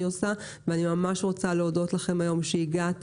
עושה ואני ממש רוצה להודות לכם שהגעתן,